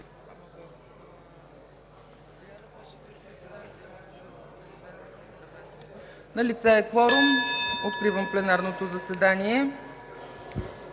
Благодаря